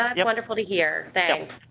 and yeah wonderful to hear, thanks.